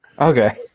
Okay